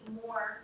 more